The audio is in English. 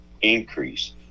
increase